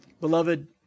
Beloved